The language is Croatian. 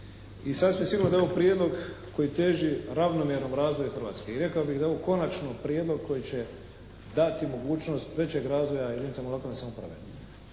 i sasvim sigurno da je ovo prijedlog koji teži ravnomjernom razvoju Hrvatske i rekao bih da je ovo konačno prijedlog koji će dati mogućnost većeg razvoja jedinicama lokalne samouprave.